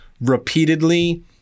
repeatedly